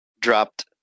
Dropped